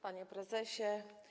Panie Prezesie!